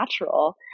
natural